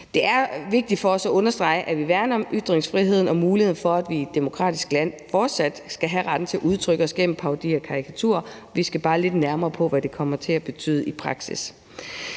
Det er vigtigt for os at understrege, at vi værner om ytringsfriheden og muligheden for, at vi i et demokratisk land fortsat skal have retten til at udtrykke os gennem parodier og karikaturer – vi skal bare lidt nærmere på, hvad det kommer til at betyde i praksis.